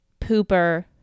pooper